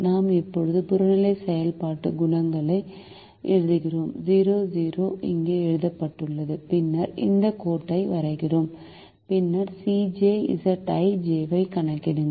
நாம் இப்போது புறநிலை செயல்பாடு குணகங்களை எழுதுகிறோம் 0 0 இங்கே எழுதப்பட்டுள்ளது பின்னர் இந்த கோட்டை வரைகிறோம் பின்னர் Cj Zj ஐ கணக்கிடுங்கள்